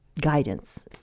guidance